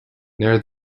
near